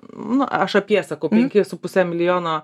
nu aš apie sakau penki su puse milijono